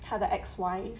他的 ex~ wife